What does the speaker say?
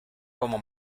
como